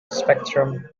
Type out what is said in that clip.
spectrum